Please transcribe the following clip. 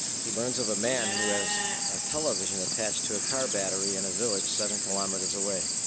he learns of a man who has a television attached to a car battery in a village seven kilometers away.